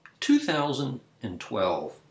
2012